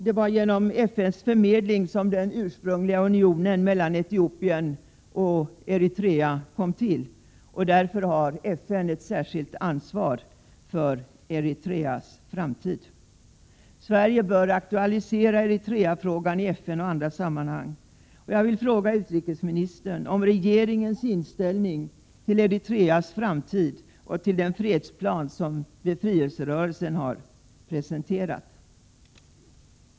Det var genom FN:s förmedling som den ursprungliga unionen mellan Etiopien och Eritrea kom till, och därför har FN ett särskilt ansvar för Eritreas framtid. Sverige bör aktualisera Eriterafrågan i FN och i andra sammanhang. Jag vill fråga utrikesministern om regeringens inställning till Eritreas framtid och till den fredsplan som befrielserörelsen har presenterat.